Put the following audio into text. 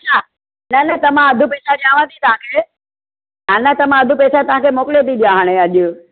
अच्छा न न त मां अधु पेसा ॾियावं थी तव्हांखे न त मां अधु पेसा तव्हांखे मोकिले थी ॾियां हाणे अॼु